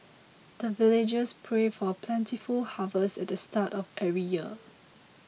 the villagers pray for plentiful harvest at the start of every year